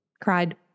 cried